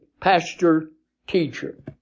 pastor-teacher